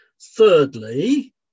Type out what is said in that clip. Thirdly